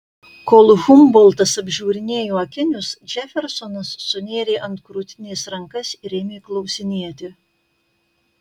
kol humboltas apžiūrinėjo akinius džefersonas sunėrė ant krūtinės rankas ir ėmė klausinėti